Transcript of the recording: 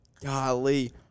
Golly